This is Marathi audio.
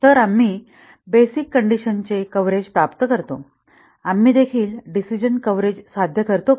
तर आम्ही बेसिक कंडिशनचे कव्हरेज प्राप्त करतो आम्ही देखील डिसिजणं कव्हरेज साध्य करतो का